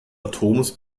atoms